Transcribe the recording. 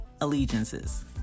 allegiances